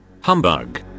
Humbug